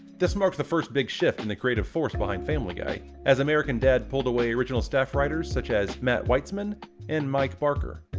this marked the first big shift in the creative force behind family guy, as american dad! pulled away original staff writers, such as matt weitzman and mike barker.